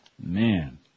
Man